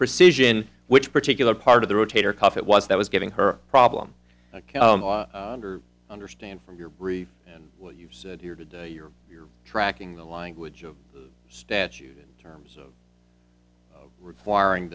precision which particular part of the rotator cuff it was that was giving her problem understand from your brief and what you've said here today you're you're tracking the language of the statute in terms of requiring